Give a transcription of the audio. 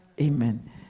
Amen